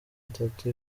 itatu